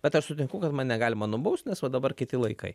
bet aš sutinku kad mane galima nubaust nes va dabar kiti laikai